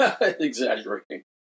exaggerating